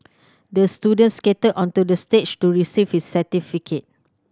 the student skated onto the stage to receive his certificate